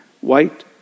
white